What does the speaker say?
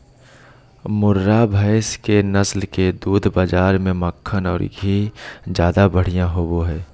मुर्रा भैस के नस्ल के दूध बाज़ार में मक्खन औरो घी ज्यादा बढ़िया होबो हइ